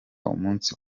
umunsi